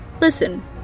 Listen